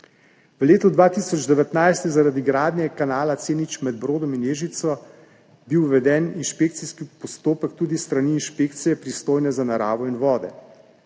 V letu 2019 je bil zaradi gradnje kanala C0 med Brodom in Ježico uveden inšpekcijski postopek tudi s strani inšpekcije, pristojne za naravo in vode.